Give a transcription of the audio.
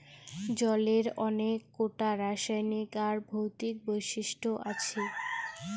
জলের অনেক কোটা রাসায়নিক আর ভৌতিক বৈশিষ্ট আছি